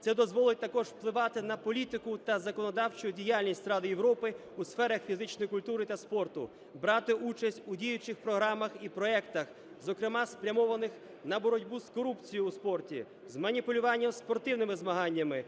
Це дозволить також впливати на політику та законодавчу діяльність Ради Європи у сферах фізичної культури та спорту, брати участь у діючих програмах і проектах, зокрема спрямованих на боротьбу з корупцією у спорті, з маніпулюванням спортивними змаганнями,